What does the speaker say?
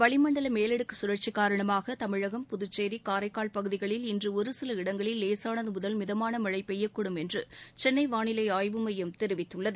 வளிமண்டல மேலடுக்கு சுழற்சி காரணமாக தமிழகம் புதுச்சேரி காரைக்கால் பகுதிகளில் இன்று ஒருசில இடங்களில் லேசானது முதல் மிதமான மழை பெய்யக்கூடும் என்று சென்னை வானிலை ஆய்வு மையம் தெரிவித்துள்ளது